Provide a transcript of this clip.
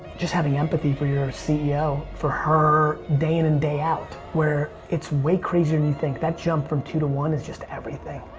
just having empathy for your ceo. for her day in and day out. where it's way crazier than and you think. that jump from two to one is just everything.